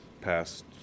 past